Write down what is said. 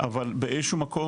אבל באיזשהו מקום,